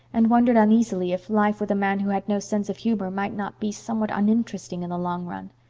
and wondered uneasily if life with a man who had no sense of humor might not be somewhat uninteresting in the long run.